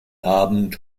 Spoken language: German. abend